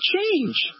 Change